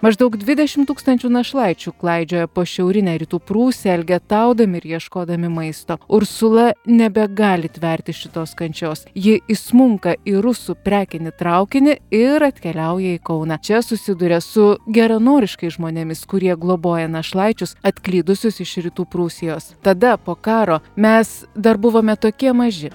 maždaug dvidešim tūkstančių našlaičių klaidžioja po šiaurinę rytų prūsiją elgetaudami ir ieškodami maisto ursula nebegali tverti šitos kančios ji įsmunka į rusų prekinį traukinį ir atkeliauja į kauną čia susiduria su geranoriškais žmonėmis kurie globoja našlaičius atklydusius iš rytų prūsijos tada po karo mes dar buvome tokie maži